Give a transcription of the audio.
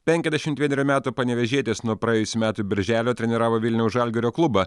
penkiasdešimt vienerių metų panevėžietis nuo praėjusių metų birželio treniravo vilniaus žalgirio klubą